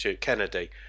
Kennedy